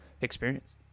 experience